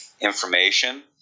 information